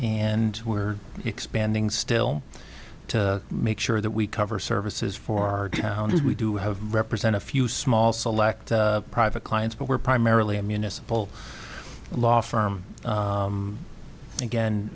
and we are expanding still to make sure that we cover services for our founders we do have represent a few small select private clients but we're primarily a municipal law firm and again